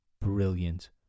brilliant